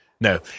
No